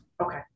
Okay